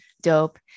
DOPE